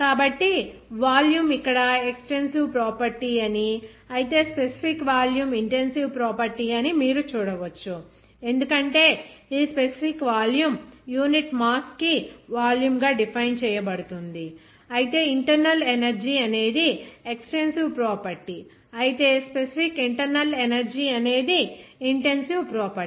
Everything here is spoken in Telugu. కాబట్టి వాల్యూమ్ ఇక్కడ ఎక్సటెన్సివ్ ప్రాపర్టీ అని అయితే స్పెసిఫిక్ వాల్యూమ్ ఇంటెన్సివ్ ప్రాపర్టీ అని మీరు చూడవచ్చు ఎందుకంటే ఈ స్పెసిఫిక్ వాల్యూమ్ యూనిట్ మాస్ కి వాల్యూమ్ గా డిఫైన్ చేయబడుతుంది అయితే ఇంటర్నల్ ఎనర్జీ అనేది ఎక్సటెన్సివ్ ప్రాపర్టీ అయితే స్పెసిఫిక్ ఇంటర్నల్ ఎనర్జీ అనేది ఇంటెన్సివ్ ప్రాపర్టీ